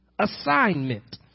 assignment